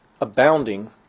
abounding